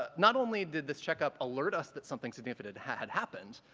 ah not only did the checkup alert us that something significant had happened,